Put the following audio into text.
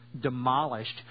demolished